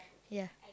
ya